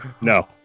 No